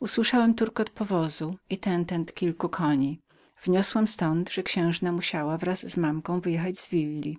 usłyszałem turkot powozu i tentent kilku koni wniosłem ztąd że księżna musiała wraz z mamką wyjechać z willi